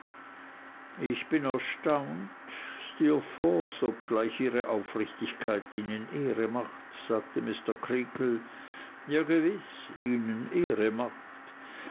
ich bin erstaunt steerforth obgleich ihre aufrichtigkeit ihnen ehre macht sagte mr creakle ja gewiß ihnen ehre macht